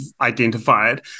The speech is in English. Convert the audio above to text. identified